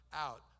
out